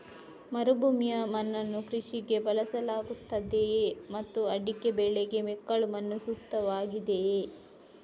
ಮರುಭೂಮಿಯ ಮಣ್ಣನ್ನು ಕೃಷಿಗೆ ಬಳಸಲಾಗುತ್ತದೆಯೇ ಮತ್ತು ಅಡಿಕೆ ಬೆಳೆಗೆ ಮೆಕ್ಕಲು ಮಣ್ಣು ಸೂಕ್ತವಾಗಿದೆಯೇ?